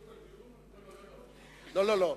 לא, לא.